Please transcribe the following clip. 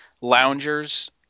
loungers